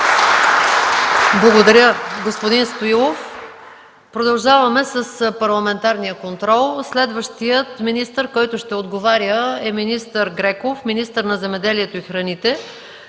Благодаря, господин Стоилов. Продължаваме с парламентарния контрол. Следващият министър, който ще отговаря, е министър Греков – министър на земеделието и храните,